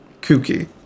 kooky